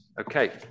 Okay